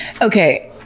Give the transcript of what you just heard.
okay